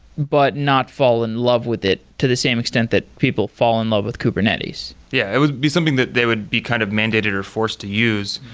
but not fall in love with it to the same extent that people fall in love with kubernetes yeah. it would be something that they would be kind of mandated or forced to use.